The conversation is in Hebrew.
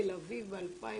בתל אביב ב-2019?